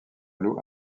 loup